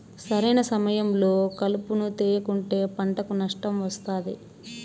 సరైన సమయంలో కలుపును తేయకుంటే పంటకు నష్టం వస్తాది